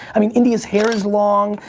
i mean, india's hair is long.